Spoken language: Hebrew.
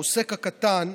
העוסק הקטן,